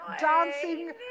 dancing